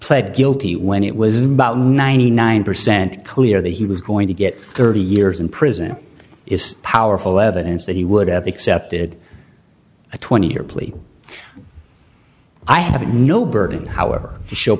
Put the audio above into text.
pled guilty when it was about ninety nine percent clear that he was going to get thirty years in prison it is powerful evidence that he would have accepted a twenty year plea i have no burden however sh